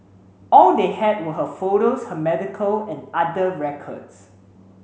all they had were her photos her medical and other records